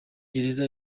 gereza